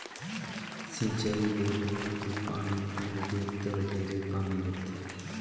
सिंचई बर कुआँ के पानी टेंड़बे त ढेरे पानी लगथे